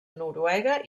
noruega